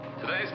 today's